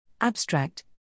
Abstract